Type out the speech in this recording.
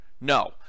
No